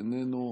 איננו,